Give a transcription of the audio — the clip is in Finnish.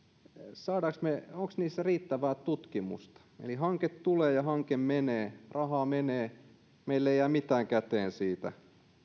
onko niissä riittävää tutkimusta eli hanke tulee ja hanke menee rahaa menee ja meille ei jää mitään käteen siitä